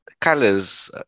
colors